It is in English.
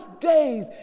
days